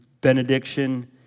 benediction